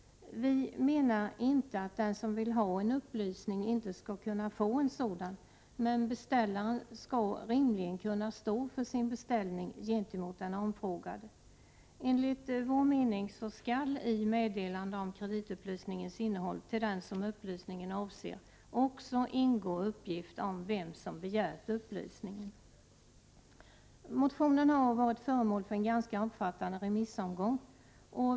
Vi menar inte att den som vill ha en upplysning inte skall kunna få en sådan, men beställaren skall rimligen kunna stå för sin beställning gentemot den omfrågade. Enligt vår mening skall i meddelande om kreditupplysningens innehåll till den som upplysningen avser också ingå uppgift om vem som begärt upplysningen. Motionen har varit föremål för en ganska omfattande remissomgång.